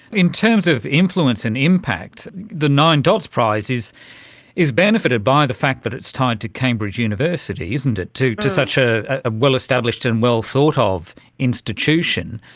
in terms of influence and impact, the nine dots prize is is benefited by the fact that it's tied to cambridge university, isn't it, to to such a ah well established and well thought ah of institution.